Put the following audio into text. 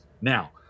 Now